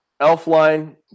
Elfline